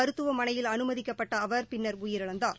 மருத்துவமனையில் அனுமதிக்கப்பட்ட அவர் பின்னர் உயிரிழந்தார்